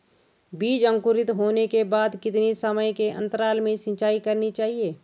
बीज अंकुरित होने के बाद कितने समय के अंतराल में सिंचाई करनी चाहिए?